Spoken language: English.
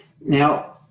Now